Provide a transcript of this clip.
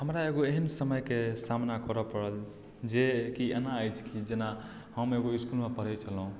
हमरा एगो एहन समयके सामना करऽ पड़ल जेकि एना अछि जे कि जेना हम एगो इसकुलमे पढ़ै छलहुँ